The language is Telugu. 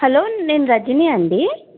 హలో నేను రజిని అండి